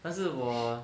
但是我